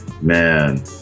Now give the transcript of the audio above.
Man